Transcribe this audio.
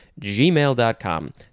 gmail.com